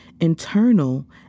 internal